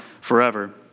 forever